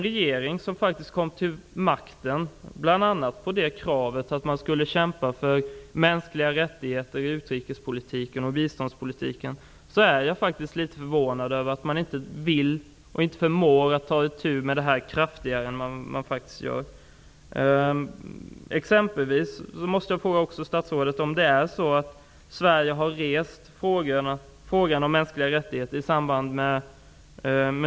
Regeringen kom till makten bl.a. på kravet att man skulle kämpa för mänskliga rättigheter i utrikespolitiken och biståndspolitiken. Jag är därför litet förvånad över att man inte vill eller förmår att ta itu med detta kraftigare än man gör.